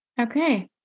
Okay